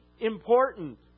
important